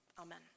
Amen